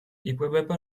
იკვებება